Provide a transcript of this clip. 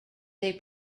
they